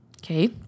Okay